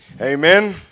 Amen